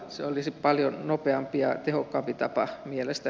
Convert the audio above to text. se olisi paljon nopeampi ja tehokkaampi tapa mielestä